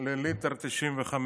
לליטר 95,